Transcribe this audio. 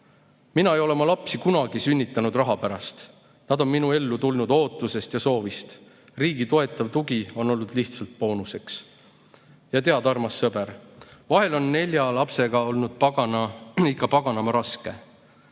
"Mina ei ole oma lapsi kunagi sünnitanud raha pärast, nad on minu ellu tulnud ootusest ja soovist. Riigi toetav tugi on olnud lihtsalt boonuseks. Ja tead, armas sõber, vahel on nelja lapsega olnud ikka paganama raske.